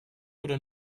oder